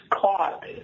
caught